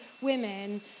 women